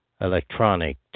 Electronic